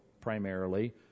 primarily